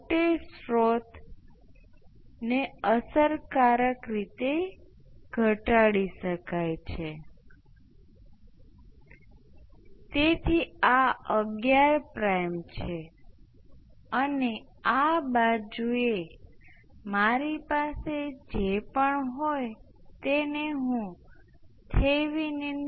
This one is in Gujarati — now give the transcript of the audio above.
તેથી સૌ પ્રથમ સર્કિટનો ઓર્ડર શું છે તેથી જો હું સ્રોત વગરની સર્કિટ લઈશ જ્યાં વિદ્યુત પ્રવાહનો સ્રોત ઓપન સર્કિટ માં છે તો મારી પાસે શું છે મારી પાસે એક loop R 1 R 2 L 1 L 2 છે